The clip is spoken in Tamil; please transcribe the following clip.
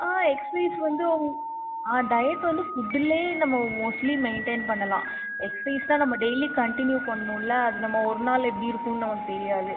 ஆ எக்ஸசைஸ் வந்து உங் ஆ டயட் வந்து ஃபுட்டுலேயே நம்ம மோஸ்ட்லி மெயின்டைன் பண்ணலாம் எக்ஸசைஸ் தான் நம்ம டெய்லி கண்டினியூ பண்ணணுமில்ல அது நம்ம ஒரு நாள் எப்படி இருக்கும்ன்னு நமக்கு தெரியாது